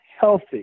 healthy